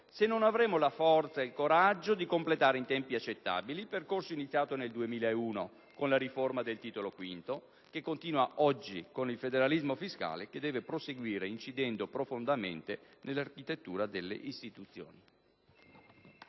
se non avremo la forza e il coraggio di completare in tempi accettabili il percorso iniziato nel 2001 con la riforma del Titolo V, che continua oggi con il federalismo fiscale, che deve proseguire incidendo profondamente nell'architettura delle istituzioni.